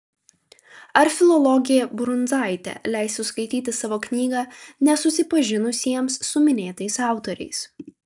ar filologė brundzaitė leistų skaityti savo knygą nesusipažinusiesiems su minėtais autoriais